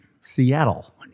Seattle